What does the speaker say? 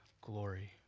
glory